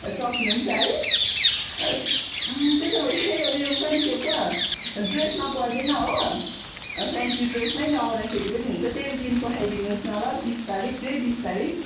सक्नुहुन्छ है त्यसो भए उयो पनि के पो ड्रेसमा पर्दैन हो फेन्सी ड्रेसमै नआउँदाखेरि पनि हुन्छ त्यही दिन पठाइदिनु होस् ल बिस तारिक यही बिस तारिक